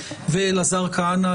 ואלעזר כהנא,